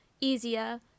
easier